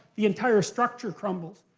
the entire structure crumbles.